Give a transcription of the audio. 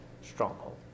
stronghold